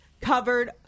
covered